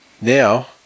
Now